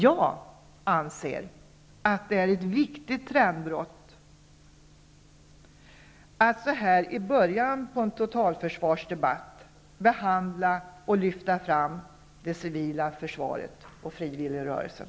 Jag anser att det är ett viktigt trendbrott att så här i början av en debatt om totalförsvaret behandla och lyfta fram det civila försvaret och frivilligrörelsen.